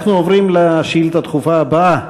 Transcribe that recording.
אנחנו עוברים לשאילתה הדחופה הבאה,